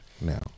now